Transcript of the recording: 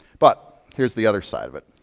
but here's the other side of it.